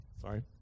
Sorry